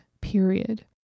period